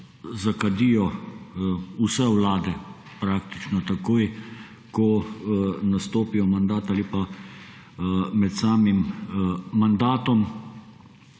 zakadijo vse vlade praktično takoj, ko nastopijo mandat ali pa med samem mandatom.